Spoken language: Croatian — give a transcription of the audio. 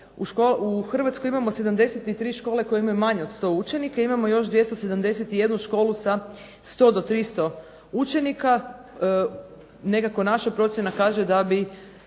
U Hrvatskoj imamo 73 škole koje imaju manje od 100 učenika, imamo još 271 školu sa 100 do 300 učenika. Nekako naša procjena kaže da bi